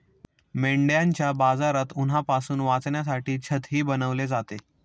मेंढ्यांच्या बाजारात उन्हापासून वाचण्यासाठी छतही बनवले जाते